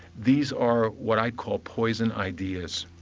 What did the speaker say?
these are what i call poison ideas.